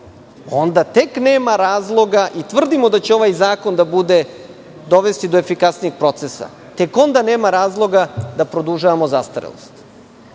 onda tek nema razloga i tvrdimo da će ovaj zakon da dovede do efikasnijeg procesa. Tek onda nema razloga da produžavamo zastarelost. Moj